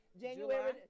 January